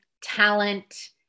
talent